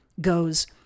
goes